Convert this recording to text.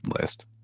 list